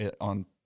on